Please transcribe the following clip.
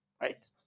right